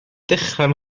dechrau